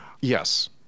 Yes